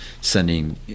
sending